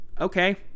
okay